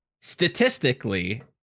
statistically